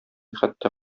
хәтта